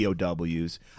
POWs